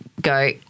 Go